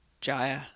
Jaya